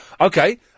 Okay